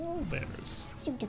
bears